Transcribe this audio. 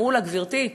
אמרו לה: גברתי,